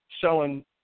selling